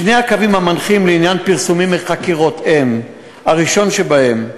שני הקווים המנחים לעניין פרסומים מחקירות: הראשון שבהם,